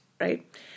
right